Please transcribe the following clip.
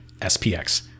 SPX